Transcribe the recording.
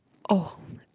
oh